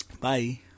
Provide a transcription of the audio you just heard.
Bye